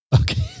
Okay